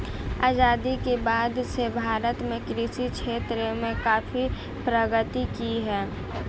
आजादी के बाद से भारत ने कृषि के क्षेत्र में काफी प्रगति की है